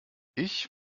ich